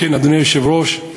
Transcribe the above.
אדוני היושב-ראש,